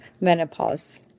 menopause